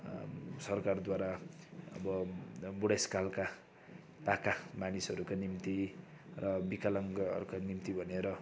सरकारद्वारा अब बुढेसकालका पाका मानिसहरूका निम्ति र विकलाङ्गहरूका निम्ति भनेर